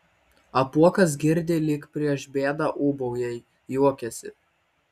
apuokas girdi lyg prieš bėdą ūbauja juokiasi